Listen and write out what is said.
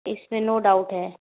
इसमें no doubt है